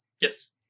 Yes